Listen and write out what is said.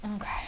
Okay